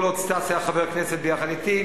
כל עוד סטס היה חבר כנסת יחד אתי,